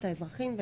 את האזרחים,